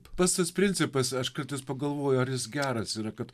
pats tas principas aš kartais pagalvoju ar jis geras yra kad